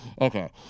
Okay